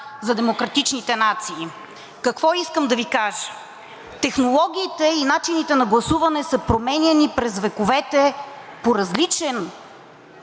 за демократичните нации. Какво искам да Ви кажа? Технологиите и начините на гласуване са променяни през вековете по различен